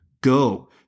go